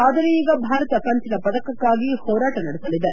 ಆದರೆ ಈಗ ಭಾರತ ಕಂಚಿನ ಪದಕಕಾಗಿ ಹೋರಾಟ ನಡೆಸಲಿದೆ